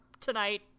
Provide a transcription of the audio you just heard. tonight